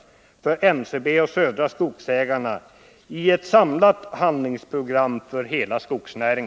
När får de varsel om nedläggning?